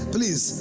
Please